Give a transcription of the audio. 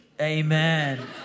Amen